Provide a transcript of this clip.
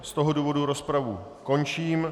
Z toho důvodu rozpravu končím.